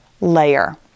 layer